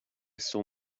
stole